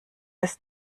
ist